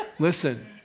Listen